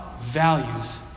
values